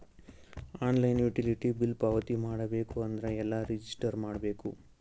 Online utility bill ಪಾವತಿ ಮಾಡಬೇಕು ಅಂದ್ರ ಎಲ್ಲ ರಜಿಸ್ಟರ್ ಮಾಡ್ಬೇಕು?